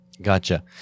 Gotcha